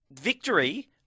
victory